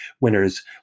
winners